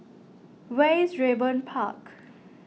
where is Raeburn Park